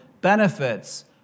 benefits